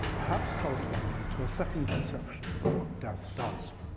perhaps corresponding to a second conception of what death does.